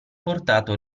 portato